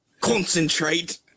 concentrate